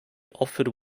offered